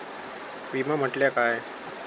विमा म्हटल्या काय?